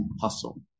hustle